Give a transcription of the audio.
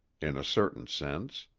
in a certain sense.